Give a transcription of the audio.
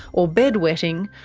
or bedwetting,